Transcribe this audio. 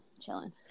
chilling